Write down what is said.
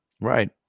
Right